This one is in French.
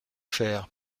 faire